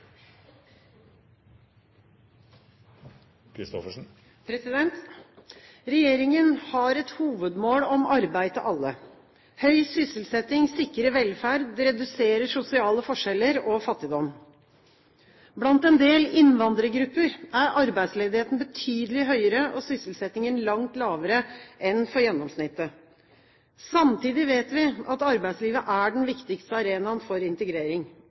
uttrykk. Regjeringen har et hovedmål om arbeid til alle. Høy sysselsetting sikrer velferd, reduserer sosiale forskjeller og fattigdom. Blant en del innvandrergrupper er arbeidsledigheten betydelig høyere og sysselsettingen langt lavere enn for gjennomsnittet. Samtidig vet vi at arbeidslivet er den viktigste arenaen for integrering.